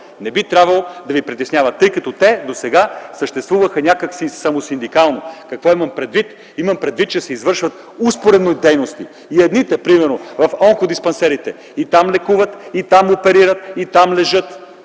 не би трябвало да ви притеснява, тъй като те досега съществуваха някак си самосиндикално. Какво имам предвид? Имам предвид, че се извършват успоредно дейности. Примерно в онкодиспансерите – и там лекуват, и там оперират, и там лежат,